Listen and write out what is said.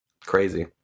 crazy